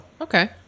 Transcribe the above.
okay